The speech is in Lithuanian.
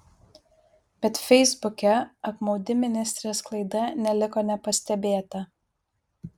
bet feisbuke apmaudi ministrės klaida neliko nepastebėta